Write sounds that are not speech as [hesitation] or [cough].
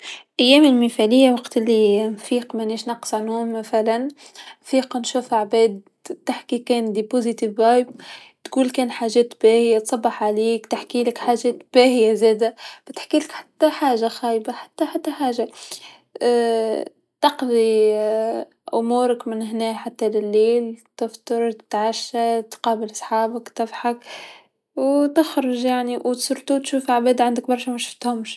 أيامي المثاليه وقت لنفيق مانيش نقصا نوم مثلا، نفيق نشوف عباد يحكو في أشياء إيجابيه تقول حاجات باهيا، تصبح عليك تحكيلك حاجات باهيا زادا، متحكيلك حتى حاجه خايبا حتى حاجه [hesitation] تقضي أمورك من هنا حتى للليل، تفطر تتعشى تقابل صحابك تضحك و تخرج و خاصة تشوف عباد عندك برشا مشفتهمش.